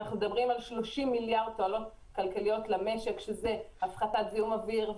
30 מיליארד תועלות כלכליות למשק הפחתת זיהום אוויר,